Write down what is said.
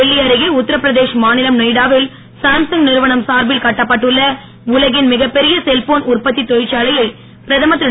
டெல்லி அருகே உத்தரப்பிரதேஷ் மாநிலம் நொய்டா வில் சாம்சங் நிறுவனம் சார்பில் கட்டப்பட்டுள்ள உலகின் மிகப்பெரிய செல்போன் உற்பத்தித் தொழிற்சாலையை பிரதமர் திரு